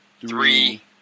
three